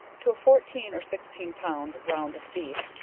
to a fourteen or sixteen pound round of beef,